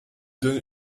donne